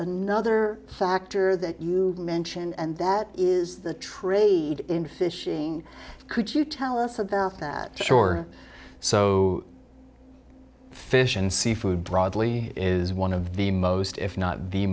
another factor that you mentioned and that is the trade in fishing could you tell us a birth that shore so fish and seafood broadly is one of the most if not the